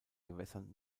gewässern